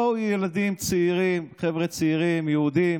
באו ילדים צעירים, חבר'ה צעירים, יהודים,